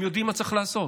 הם יודעים מה צריך לעשות.